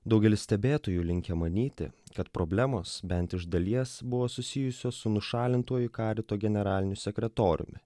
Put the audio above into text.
daugelis stebėtojų linkę manyti kad problemos bent iš dalies buvo susijusios su nušalintuoju karito generaliniu sekretoriumi